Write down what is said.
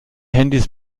handys